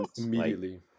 immediately